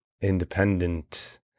independent